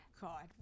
God